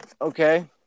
Okay